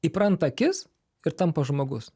įpranta akis ir tampa žmogus